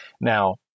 Now